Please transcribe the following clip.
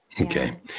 Okay